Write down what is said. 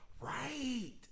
Right